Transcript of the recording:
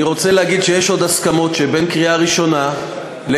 אני רוצה להגיד שיש עוד הסכמות שבין הקריאה הראשונה לקריאה